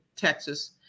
Texas